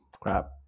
Crap